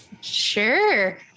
Sure